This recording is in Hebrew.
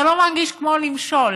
זה לא מרגיש כמו למשול.